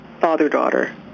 father-daughter